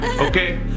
Okay